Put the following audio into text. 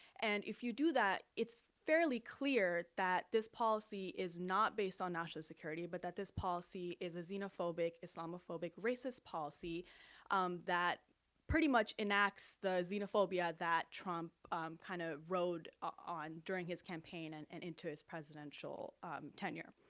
and if you do that, it's fairly clear that this policy is not based on national security, but that this policy is a xenophobic, islamophobic racist policy um that pretty much enacts the xenophobia that trump kind of rode on during his campaign and and into his presidential tenure.